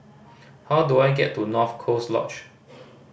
how do I get to North Coast Lodge